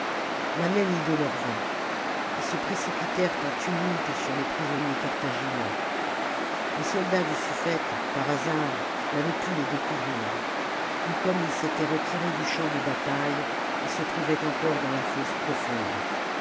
la même idée leur vint lis se précipitèrent en tumulte sur les prisonniers carthaginois les soldats du suffète par hasard n'avaient pu les découvrir et comme ii s'était retiré du champ de bataille ils se trouvaient encore dans la fosse profonde